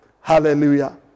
Hallelujah